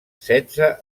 setze